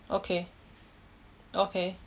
okay okay